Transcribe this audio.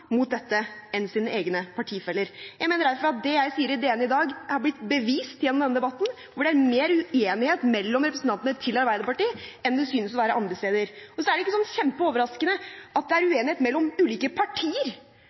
mot dette enn hans egne partifeller. Jeg mener derfor at det jeg sier i DN i dag, er blitt bevist gjennom denne debatten, der det er mer uenighet mellom representantene fra Arbeiderpartiet enn det synes å være andre steder. Så er det ikke så kjempeoverraskende at det er uenighet mellom ulike partier,